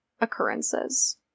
occurrences